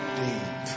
deep